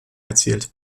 erzielt